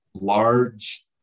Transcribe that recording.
large